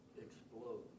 explode